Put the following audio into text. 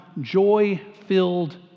joy-filled